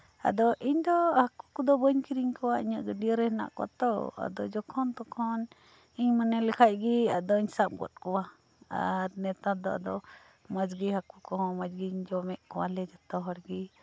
ᱟᱫᱚ ᱤᱧ ᱫᱚ ᱦᱟᱹᱠᱩ ᱠᱚᱫᱚ ᱵᱟᱹᱧ ᱠᱤᱨᱤᱧ ᱠᱚᱣᱟ ᱤᱧᱟᱹᱜ ᱜᱟᱹᱰᱭᱟᱹ ᱨᱮ ᱦᱮᱱᱟᱜ ᱠᱚᱣᱟ ᱛᱚ ᱟᱫᱚ ᱡᱚᱠᱷᱚᱱ ᱛᱚᱠᱷᱚᱱ ᱤᱧ ᱢᱚᱱᱮ ᱞᱮᱠᱷᱟᱱ ᱜᱮ ᱟᱫᱚᱧ ᱥᱟᱵᱽ ᱜᱚᱫ ᱠᱚᱣᱟ ᱟᱨ ᱱᱮᱛᱟᱨ ᱫᱚ ᱟᱫᱚ ᱢᱚᱸᱡᱽ ᱜᱮ ᱦᱟᱹᱠᱩ ᱠᱚᱸᱦᱚᱧ ᱡᱚᱢᱮᱫ ᱠᱚᱣᱟ ᱞᱮ ᱡᱚᱛᱚ ᱦᱚᱲᱜᱮ